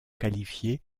qualifier